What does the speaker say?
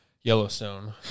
Yellowstone